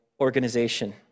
organization